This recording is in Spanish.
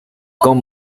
con